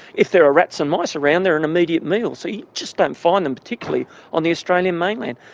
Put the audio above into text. if there are rats and mice around they're an immediate meal. so you just don't find them, particularly on the australian mainland.